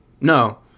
No